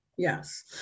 Yes